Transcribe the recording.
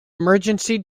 emergency